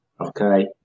okay